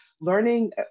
learning